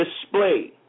display